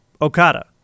Okada